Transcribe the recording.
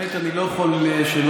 כבוד היושב-ראש,